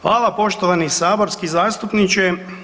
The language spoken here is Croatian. Hvala poštovani saborski zastupniče.